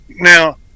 Now